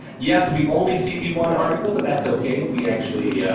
yes, we only see the one article, but that's okay, we actually,